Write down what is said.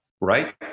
right